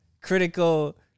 critical